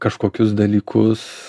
kažkokius dalykus